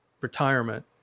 retirement